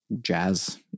jazz